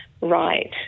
right